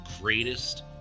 greatest